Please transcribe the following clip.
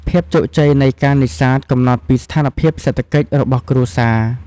ភាពជោគជ័យនៃការនេសាទកំណត់ពីស្ថានភាពសេដ្ឋកិច្ចរបស់គ្រួសារ។